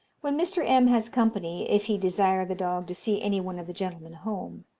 when mr. m. has company, if he desire the dog to see any one of the gentlemen home,